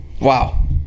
Wow